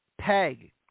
peg